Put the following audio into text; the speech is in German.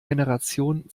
generation